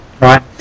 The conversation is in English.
Right